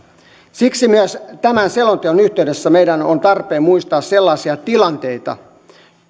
siksi myös tämän selonteon yhteydessä meidän on tarpeen muistaa sellaisia tilanteita